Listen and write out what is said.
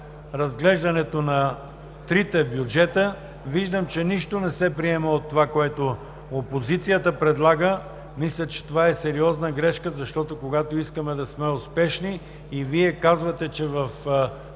Вие казвате, че в